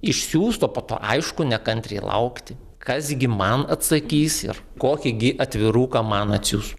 išsiųst o po aišku nekantriai laukti kas gi man atsakys ir kokį gi atviruką man atsiųs